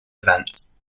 events